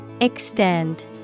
Extend